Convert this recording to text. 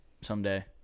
someday